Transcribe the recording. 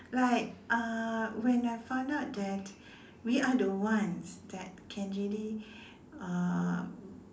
like uh when I found out that we are the ones that can really uh